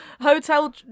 Hotel